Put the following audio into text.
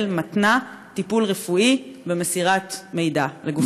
מתנה טיפול רפואי במסירת מידע לגופי הביטחון?